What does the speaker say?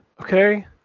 okay